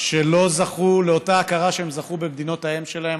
שלא זכו לאותה הכרה שהם זכו במדינות האם שלהם.